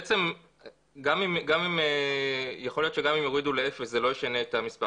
בעצם יכול להיות שגם אם יורידו לאפס זה לא ישנה את המספר